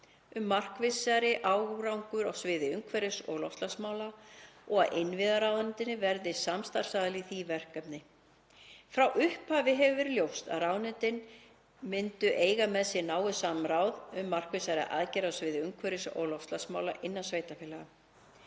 um markvissari árangur á sviði umhverfis- og loftslagsmála og að innviðaráðuneytið verði samstarfsaðili í því verkefni. Frá upphafi hefur verið ljóst að ráðuneytin myndu eiga með sér náið samráð um markvissari aðgerðir á sviði umhverfis- og loftslagsmála innan sveitarfélaga.